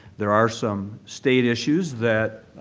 there are some state issues that